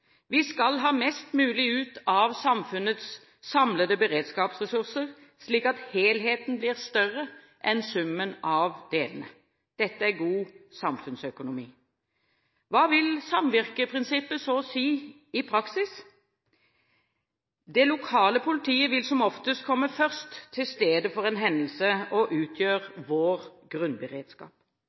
Vi skal ha mest mulig ut av samfunnets samlede beredskapsressurser, slik at helheten blir større enn summen av delene. Dette er god samfunnsøkonomi. Hva vil samvirkeprinsippet så si i praksis? Det lokale politiet vil som oftest komme først til stedet for en hendelse og utgjør vår grunnberedskap.